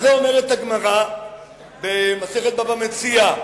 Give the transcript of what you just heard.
על זה אומרת הגמרא במסכת בבא מציעא,